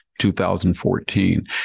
2014